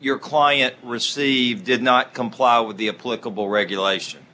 your client received did not comply with the a political regulation